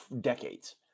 decades